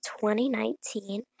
2019